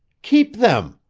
keep them.